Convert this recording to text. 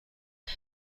کنم